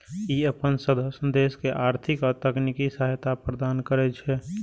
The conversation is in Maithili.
ई अपन सदस्य देश के आर्थिक आ तकनीकी सहायता प्रदान करै छै